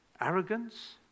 arrogance